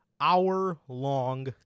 hour-long